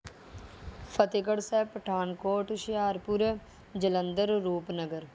Fatehgarh Sahib Pathankot Hoshiarpur Jalandhar Rupnagar